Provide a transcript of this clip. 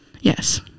yes